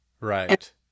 Right